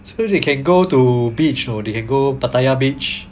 so they can go to beach you know they can go pattaya beach